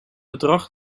bedrag